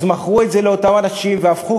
מכרו את זה לאותם אנשים והפכו,